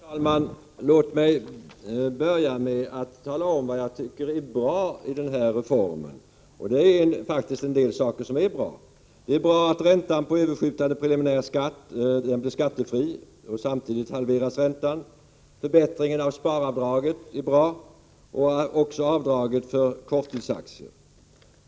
Herr talman! Låt mig börja med att tala om, vad jag tycker är bra i den här reformen — det finns faktiskt en del saker som är bra. Det är bra att räntan på överskjutande preliminär skatt blir skattefri, och att det samtidigt sker en halvering härvidlag. Förbättringen av sparavdraget är bra, liksom avdraget för korttidsaktier.